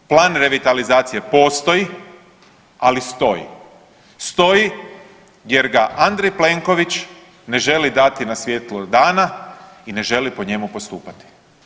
Plan revitalizacije postoji, ali stoji, stoji jer ga Andrej Plenković ne želi dati na svjetlo dana i ne želi po njemu postupati.